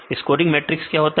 scoring matrix क्या होता है